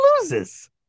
loses